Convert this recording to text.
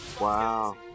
Wow